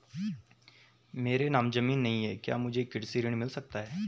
मेरे नाम ज़मीन नहीं है क्या मुझे कृषि ऋण मिल सकता है?